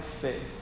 faith